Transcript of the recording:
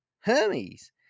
Hermes